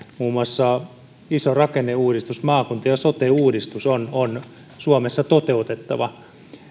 muun muassa iso rakenneuudistus maakunta ja sote uudistus on on suomessa toteutettava